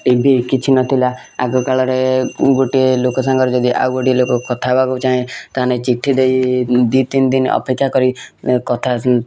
ଟି V କିଛି ନଥିଲା ଆଗକାଳରେ ଗୋଟିଏ ଲୋକ ସାଙ୍ଗରେ ଯଦି ଆଉ ଗୋଟିଏ ଲୋକ କଥା ହେବାକୁ ଚାହେଁ ତାହେନେ ଚିଠି ଦେଇ ଦୁଇ ତିନି ଦିନ ଅପେକ୍ଷା କରି କଥା